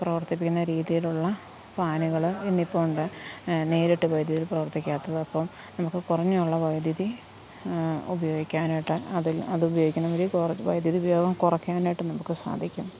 പ്രവർത്തിപ്പിക്കുന്ന രീതിയിലുള്ള ഫാനുകള് ഇന്നിപ്പോൾ ഉണ്ട് നേരിട്ട് വൈദ്യുതിയിൽ പ്രവർത്തിക്കാത്ത അപ്പം നമുക്ക് കുറഞ്ഞുള്ള വൈദ്യുതി ഉപയോഗിക്കാൻ ആയിട്ട് അതിൽ അത് ഉപയോഗിക്കുന്ന വഴി വൈദ്യുതി ഉപയോഗം കുറയ്ക്കാനായിട്ട് നമുക്ക് സാധിക്കും